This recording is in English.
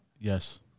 Yes